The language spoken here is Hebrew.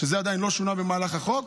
שזה עדיין לא שונה במהלך החוק,